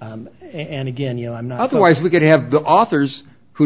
and again you know i'm not otherwise we could have the authors who